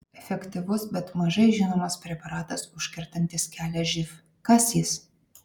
efektyvus bet mažai žinomas preparatas užkertantis kelią živ kas jis